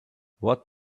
what